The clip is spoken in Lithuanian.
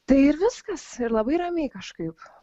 tai ir viskas labai ramiai kažkaip